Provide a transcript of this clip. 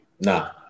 Nah